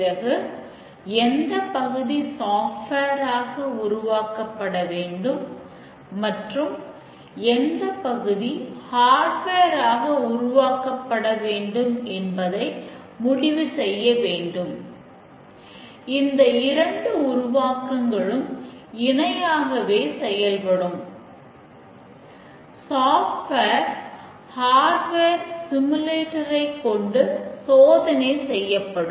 பிறகு எந்தப் பகுதி சாஃப்ட்வேர் ஐ கொண்டு சோதனை செய்யப்படும்